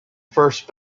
first